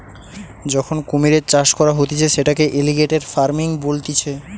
যখন কুমিরের চাষ করা হতিছে সেটাকে এলিগেটের ফার্মিং বলতিছে